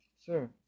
Sir